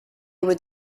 would